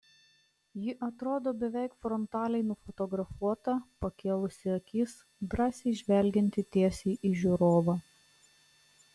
ji atrodo beveik frontaliai nufotografuota pakėlusi akis drąsiai žvelgianti tiesiai į žiūrovą